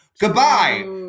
goodbye